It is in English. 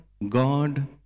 God